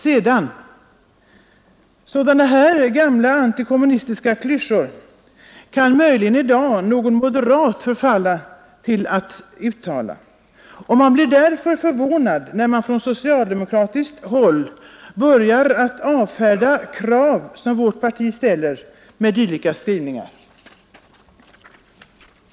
Sedan vill jag säga att sådana här gamla antikommunistiska klyschor kan möjligen moderaterna någon gång förfalla till, men det är förvånande att man från socialdemokratiskt håll börjar avfärda krav som vårt parti ställer med dylika skrivningar.